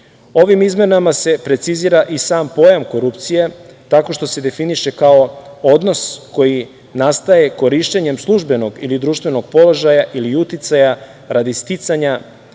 Ovim izmenama se precizira i sam pojam korupcije, tako što se definiše odnos koji nastaje korišćenjem službenog ili društvenog položaja ili uticaja radi sticanja